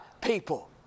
people